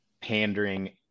pandering